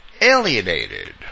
alienated